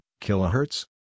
kilohertz